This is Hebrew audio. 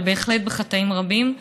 אבל בהחלט בחטאים רבים.